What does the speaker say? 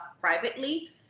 privately